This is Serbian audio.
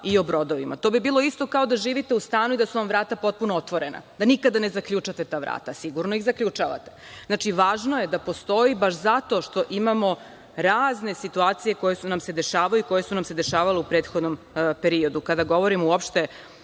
i o brodovima? To bi bilo isto kao da živite u stanu i da su vam vrata potpuno otvorena, da nikada ne zaključate ta vrata. Sigurno ih zaključavate. Važno je da postoji, baš zato što imamo razne situacije koje nam se dešavaju i koje su nam se dešavale u prethodnom periodu, kada govorimo uopšte